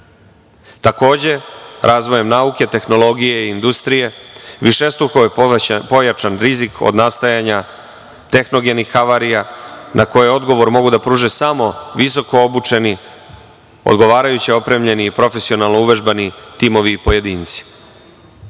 Takođe, razvojem nauke, tehnologije i industrije višestruko je pojačan rizik od nastajanja tehnogenih havarija na koje odgovor mogu da pruže samo visoko obučeni, odgovarajuće opremljeni i profesionalno uvežbani timovi i pojedinci. Pored